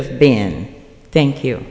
have been thank you